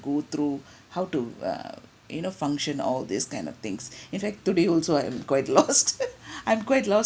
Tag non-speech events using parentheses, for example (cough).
go through (breath) how to err you know function all these kind of things (breath) in fact today also I'm quite lost (laughs) I'm quite lost